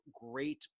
great